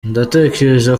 ndatekereza